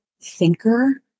thinker